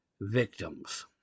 victims